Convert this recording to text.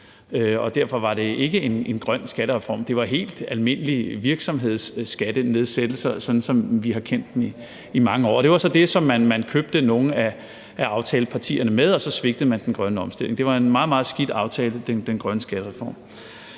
derfor var det ikke en grøn skattereform. Det var helt almindelige virksomhedsskattenedsættelser, som vi har kendt dem i mange år. Og det var så det, som man købte nogle af aftalepartierne med, og så svigtede man den grønne omstilling. Det var en meget, meget skidt aftale med den grønne skattereform.